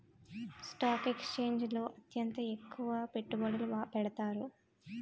stock ఎక్స్చేంజిల్లో అత్యంత ఎక్కువ పెట్టుబడులు పెడతారు